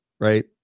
right